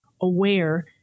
aware